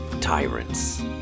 tyrants